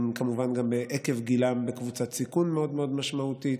הם כמובן, גם עקב גילם, בקבוצת סיכון משמעותית